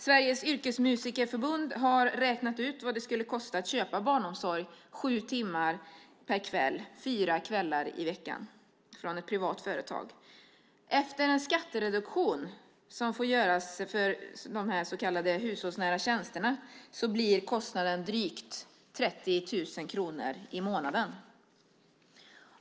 Sveriges Yrkesmusikerförbund har räknat ut vad det skulle kosta att köpa barnomsorg sju timmar per kväll fyra kvällar i veckan från ett privat företag. Efter den skattereduktion som får göras för de så kallade hushållsnära tjänsterna blir kostnaden drygt 30 000 kronor i månaden.